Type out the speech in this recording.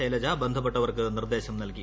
ശൈലജ ബന്ധപ്പെട്ടവർക്ക് നിർദ്ദേശം നൽകി